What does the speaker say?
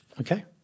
Okay